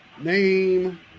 name